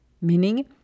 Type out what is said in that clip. Meaning